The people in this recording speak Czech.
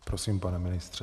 Prosím, pane ministře.